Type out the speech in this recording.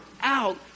out